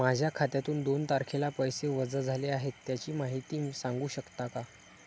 माझ्या खात्यातून दोन तारखेला पैसे वजा झाले आहेत त्याची माहिती सांगू शकता का?